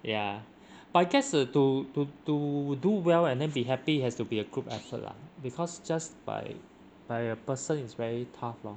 ya but I guess to to to do well and then be happy has to be a group effort lah because just by by a person is very tough lor